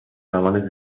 زمان